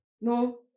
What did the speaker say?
No